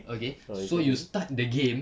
okay so you start the game